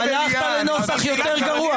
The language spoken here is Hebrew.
הלכת לנוסח יותר גרוע.